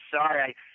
sorry